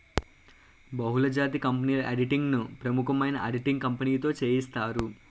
బహుళజాతి కంపెనీల ఆడిటింగ్ ను ప్రముఖమైన ఆడిటింగ్ కంపెనీతో సేయిత్తారు